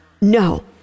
No